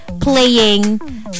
playing